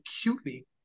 acutely